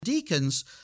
Deacons